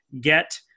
get